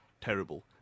terrible